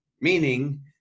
meaning